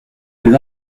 les